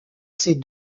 ces